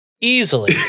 Easily